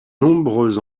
nombreux